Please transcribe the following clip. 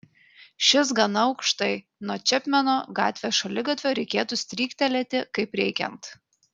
šis gana aukštai nuo čepmeno gatvės šaligatvio reikėtų stryktelėti kaip reikiant